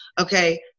Okay